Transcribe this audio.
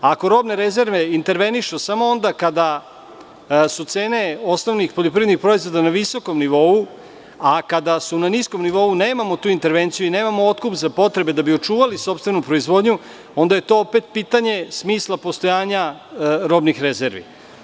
Ako robne rezerve intervenišu samo onda kada su cene osnovnih poljoprivrednih proizvoda na visokom nivou, a kada su na niskom nivou nemamo tu intervenciju i nemamo otkup za potrebe da bi očuvali sopstvenu proizvodnju, onda je to pitanje smisla postojanja robnih rezervi.